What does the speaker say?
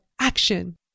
action